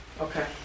Okay